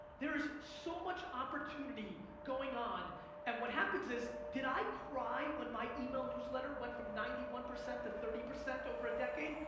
there is so much opportunity going on and what happens is did i cry when my email newsletter went from ninety one percent to thirty percent over a decade?